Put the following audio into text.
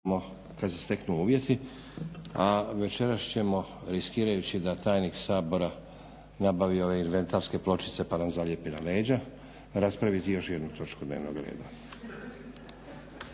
Nenad (SDP)** A večeras ćemo riskirajući da tajnik Sabora nabavi ove inventarske pločice pa nam zalijepi na leđa, raspraviti još jednu točku dnevnog reda.